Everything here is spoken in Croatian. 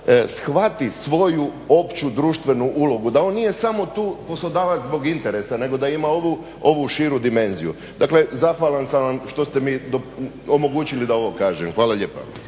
shvati svoju opću društvenu ulogu, da on nije samo tu poslodavac zbog interesa nego da ima ovu širu dimenziju. Dakle, zahvalan sam vam što ste mi omogućili da ovo kažem. Hvala lijepa.